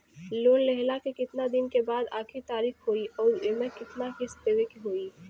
Loan लेहला के कितना दिन के बाद आखिर तारीख होई अउर एमे कितना किस्त देवे के होई?